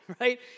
right